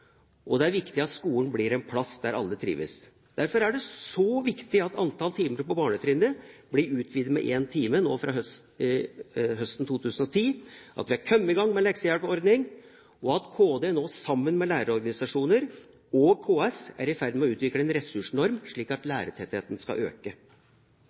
og det er viktig at skolen blir en plass der alle trives. Derfor er det så viktig at antall timer på barnetrinnet blir utvidet med en time fra høsten 2010, at vi har kommet i gang med leksehjelpordningen, og at Kunnskapsdepartementet sammen med lærerorganisasjonene og KS er i ferd med å utvikle en ressursnorm, slik at